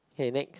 K next